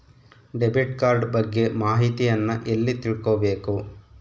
Debit card ಬಗ್ಗೆ ಮಾಹಿತಿಯನ್ನ ಎಲ್ಲಿ ತಿಳ್ಕೊಬೇಕು?